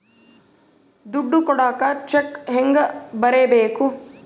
ದುಡ್ಡು ಕೊಡಾಕ ಚೆಕ್ ಹೆಂಗ ಬರೇಬೇಕು?